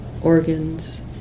organs